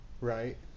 right